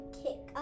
kick